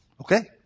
Okay